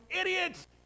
idiots